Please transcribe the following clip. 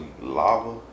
lava